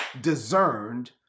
discerned